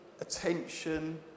attention